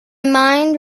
mind